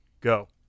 go